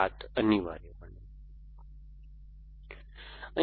હાથ અનિવાર્યપણે